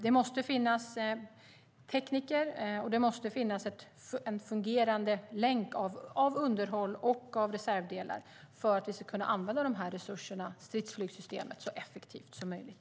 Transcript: Det måste finnas tekniker, och det måste finnas en fungerande länk av underhåll och reservdelar för att vi ska kunna använda resurserna i stridsflygsystemet så effektivt som möjligt.